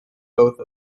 both